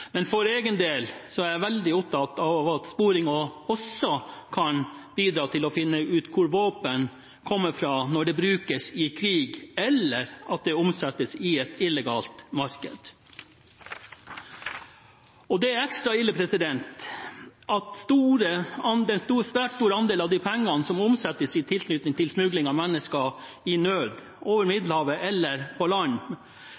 For egen del er jeg veldig opptatt av at sporingen også kan bidra til å finne ut hvor våpen kommer fra når de brukes i krig eller omsettes i et illegalt marked. Det er ekstra ille at en svært stor andel av de pengene som det omsettes for i tilknytning til smugling av mennesker i nød over